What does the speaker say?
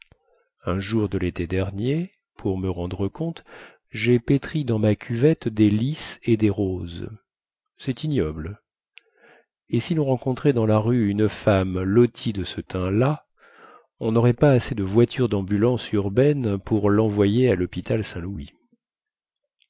un jour de lété dernier pour me rendre compte jai pétri dans ma cuvette des lis et des roses cest ignoble et si lon rencontrait dans la rue une femme lotie de ce teint là on naurait pas assez de voitures dambulance urbaine pour lenvoyer à lhôpital saint-louis